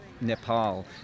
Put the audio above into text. Nepal